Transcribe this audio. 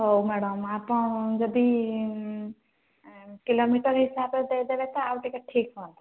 ହଉ ମ୍ୟାଡ଼ମ୍ ଆପଣ ଯଦି କିଲୋମିଟର ହିସାବରେ ଦେଇ ଦେବେ ତ ଆଉ ଟିକେ ଠିକ୍ ହୁଅନ୍ତା